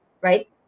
right